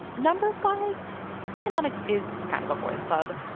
numbers-wise, economics is kind of a boys club.